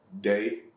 day